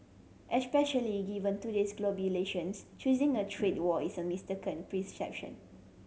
especially given today's globalisations choosing a trade war is a mistaken prescription